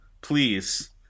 please